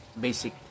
basic